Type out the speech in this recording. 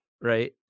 right